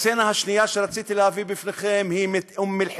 הסצנה השנייה שרציתי להביא בפניכם היא מאום-אלחיראן.